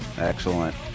Excellent